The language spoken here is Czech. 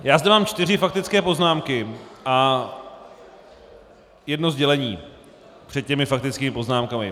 Já zde mám čtyři faktické poznámky a jedno sdělení před těmi faktickými poznámkami.